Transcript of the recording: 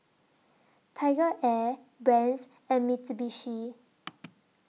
Tiger Air Brand's and Mitsubishi